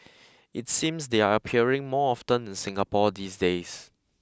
it seems they're appearing more often in Singapore these days